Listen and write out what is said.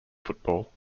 football